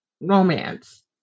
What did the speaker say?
romance